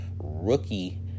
rookie